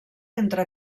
entre